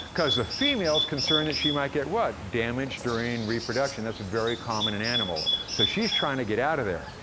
cause the female is concerned that she might get what? damaged during reproduction. this is very common in animals so she's trying to get outta there,